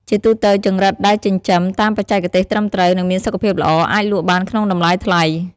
ជាទូទៅ ចង្រិតដែលចិញ្ចឹមតាមបច្ចេកទេសត្រឹមត្រូវ និងមានសុខភាពល្អ អាចលក់បានក្នុងតម្លៃថ្លៃ។